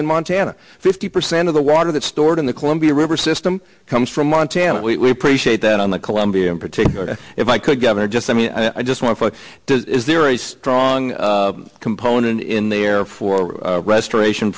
in montana fifty percent of the water that's stored in the columbia river system comes from montana we appreciate that on the columbia in particular if i could governor just i mean i just want to is there a strong component in there for restoration